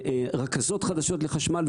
רכזות חדשות לחשמל,